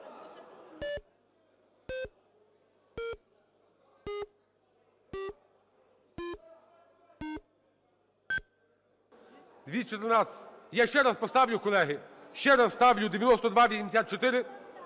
За-214 Я ще раз поставлю, колеги. Ще раз ставлю 9284,